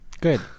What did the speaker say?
Good